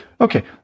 Okay